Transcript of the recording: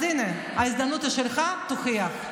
אז, הינה, ההזדמנות היא שלך, תוכיח.